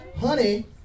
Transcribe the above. Honey